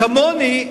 כמוני,